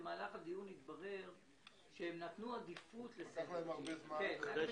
במהלך הדיון התברר שהם נתנו עדיפות לסינרג'י.